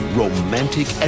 romantic